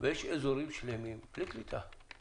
ולכן יש אזורים שלמים בלי קליטה.